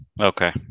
Okay